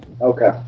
Okay